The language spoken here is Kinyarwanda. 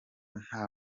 nta